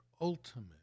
ultimate